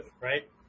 right